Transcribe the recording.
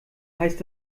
heißt